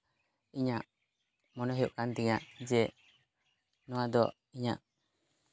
ᱤᱧᱟ ᱜ ᱢᱚᱱᱮ ᱦᱩᱭᱩᱜ ᱠᱟᱱ ᱛᱤᱧᱟ ᱡᱮ ᱱᱚᱣᱟ ᱫᱚ ᱤᱧᱟ ᱜ